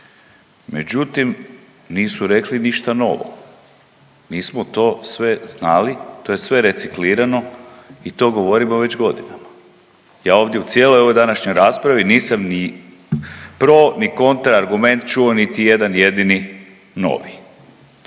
međutim nisu rekli ništa novo. Mi smo to sve znali, to je sve reciklirano i to govorimo već godinama. Ja ovdje u cijeloj ovoj današnjoj raspravi nisam ni pro ni kontra argument čuo niti jedan jedini novi.